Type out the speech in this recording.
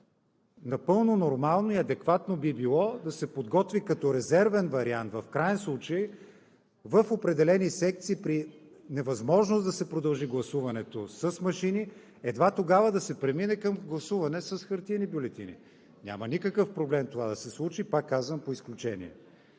напълно нормално и адекватно би било да се подготви като резервен вариант, в краен случай, в определени секции при невъзможност да се продължи гласуването с машини, едва тогава да се премине към гласуване с хартиени бюлетини. Няма никакъв проблем това да се случи, повтарям, по изключение.